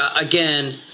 again